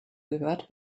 gehört